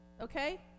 Okay